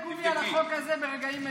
חותמת גומי על החוק הזה ברגעים אלו.